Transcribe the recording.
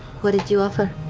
what did you offer?